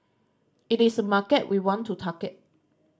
it is a market we want to target